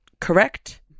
correct